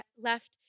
left